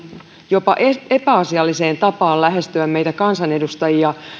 jopa epäasialliseen tapaan lähestyä meitä kansanedustajia